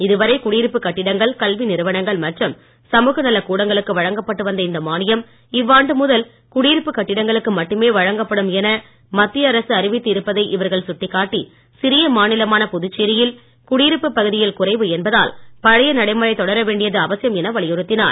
இதுவரை குடியிருப்புக் கட்டிடங்கள் கல்வி நிறுவனங்கள் மற்றும் சமூக நலக்கூடங்களுக்கு வழங்கப்பட்டு வந்த இந்த மானியம் இவ்வாண்டு முதல் குடியிருப்புக் கட்டிடங்களுக்கு மட்டுமே வழங்கப்படும் என மத்திய அரசு அறிவித்து இருப்பதை இவர்கள் சுட்டிக்காட்டி சிறிய மாநிலமான புதுச்சேரியில் குடியிருப்புப் பகுதிகள் குறைவு என்பதால் பழைய நடைமுறை தொடர வேண்டியது அவசியம் என வலியுறுத்தினார்